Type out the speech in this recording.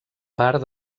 part